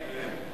אמן.